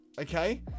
Okay